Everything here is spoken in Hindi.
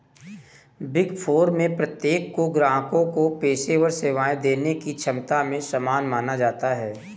बिग फोर में प्रत्येक को ग्राहकों को पेशेवर सेवाएं देने की क्षमता में समान माना जाता है